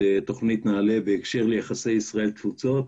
תוכנית נעל"ה בהקשר ליחסי ישראל-תפוצות.